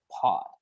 pod